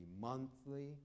monthly